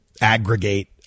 aggregate